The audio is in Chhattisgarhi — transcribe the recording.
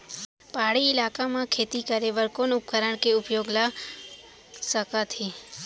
पहाड़ी इलाका म खेती करें बर कोन उपकरण के उपयोग ल सकथे?